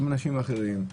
אנשים אחרים,